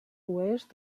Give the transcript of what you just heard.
oest